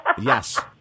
yes